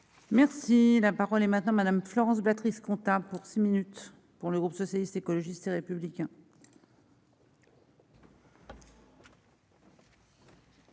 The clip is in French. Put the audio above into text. Merci, la parole est maintenant Madame Florence Béatrice comptable pour 6 minutes pour le groupe socialiste, écologiste et républicain.